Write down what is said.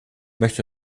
möchte